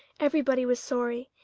everybody was sorry.